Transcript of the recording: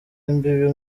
imbibi